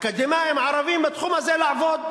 לאקדמאים ערבים בתחום הזה לעבוד,